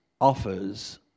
offers